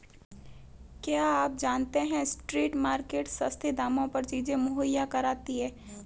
क्या आप जानते है स्ट्रीट मार्केट्स सस्ते दामों पर चीजें मुहैया कराती हैं?